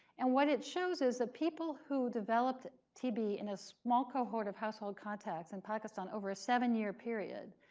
and what it shows is that people who developed tb in a small cohort of household contacts in pakistan over a seven-year period,